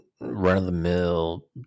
run-of-the-mill